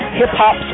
hip-hop